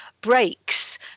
breaks